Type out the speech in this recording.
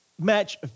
match